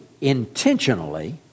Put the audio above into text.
intentionally